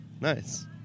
Nice